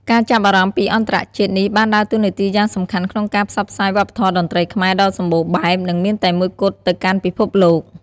ការចាប់អារម្មណ៍ពីអន្តរជាតិនេះបានដើរតួនាទីយ៉ាងសំខាន់ក្នុងការ ផ្សព្វផ្សាយវប្បធម៌តន្ត្រីខ្មែរ ដ៏សម្បូរបែប និងមានតែមួយគត់ទៅកាន់ពិភពលោក។